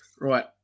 Right